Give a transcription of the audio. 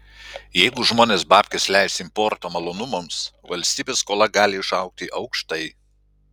jeigu žmonės babkes leis importo malonumams valstybės skola gali išaugti aukštai